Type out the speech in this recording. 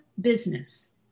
Business